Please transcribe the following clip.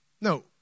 No